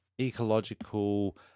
ecological